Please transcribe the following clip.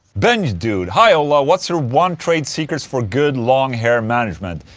benjdude hi ola, what's your one trade secrets for good long hair management?